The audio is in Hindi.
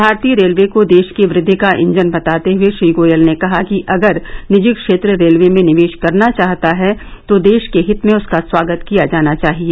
भारतीय रेलवे को देश की वृद्वि का इंजन बताते हुए श्री गोयल ने कहा कि अगर निजी क्षेत्र रेलवे में निवेश करना चाहता है तो देश के हित में उसका स्वागत किया जाना चाहिए